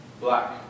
black